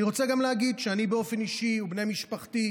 אני רוצה גם להגיד שאני באופן אישי, ובני משפחתי,